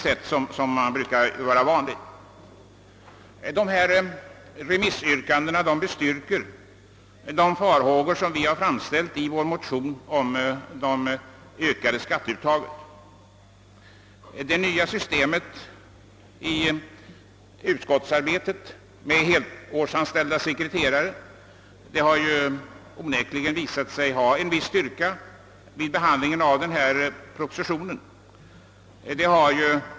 Dessa remissyttranden bestyrker de farhågor som vi hade uttalat i vår motion för ökade skatteuttag. Det nya systemet i utskottsarbetet med helårsanställda sekreterare har onekligen visat sig ha en viss styrka vid behandlingen av denna proposition.